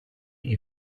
you